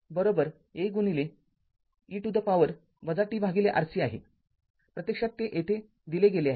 तर v Aगुणिले e to the power tRC आहे प्रत्यक्षात ते येथे दिले गेले आहे